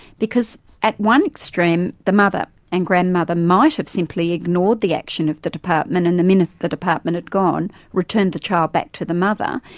because at one extreme the mother and grandmother might have simply ignored the action of the department and the minute the department had gone returned the child back to the mother,